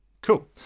Cool